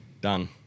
done